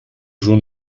schon